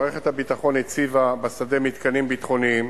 מערכת הביטחון הציבה בשדה מתקנים ביטחוניים